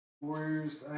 Warriors